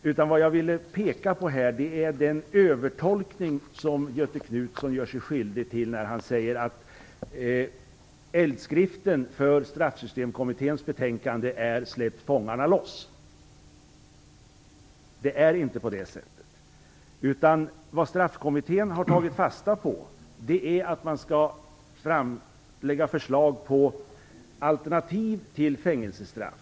Jag tycker att Göthe Knutson gör sig skyldig till en övertolkning när han säger att eldskriften för Straffsystemkommitténs betänkande är: Släpp fångarne loss! Det är inte på det sättet. Straffsystemkommittén har tagit fasta på att man skall lägga fram förslag om alternativ till fängelsestraff.